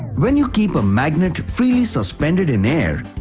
when you keep a magnet freely suspended in air,